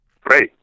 Great